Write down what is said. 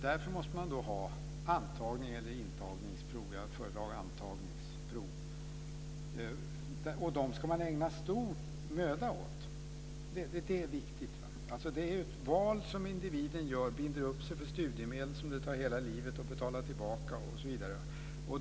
Därför måste man ha antagnings eller intagningsprov - jag föredrar antagningsprov. Dem ska man ägna stor möda åt. Det är viktigt. Det är ju ett val som individerna gör. De binder upp sig för studiemedel som det tar hela livet att betala tillbaka osv.